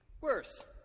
worse